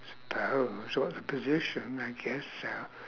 suppose or the position I guess so